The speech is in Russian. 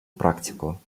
практику